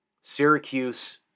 Syracuse